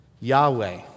Yahweh